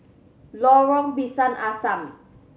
Lorong Pisang Asam